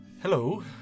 Hello